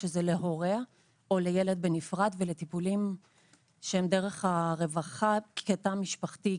שזה להורה או לילד בנפרד ולטיפולים שהם דרך הרווחה כתא משפחתי,